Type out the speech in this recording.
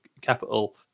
capital